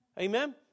Amen